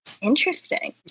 interesting